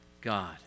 God